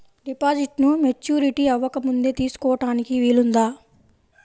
డిపాజిట్ను మెచ్యూరిటీ అవ్వకముందే తీసుకోటానికి వీలుందా?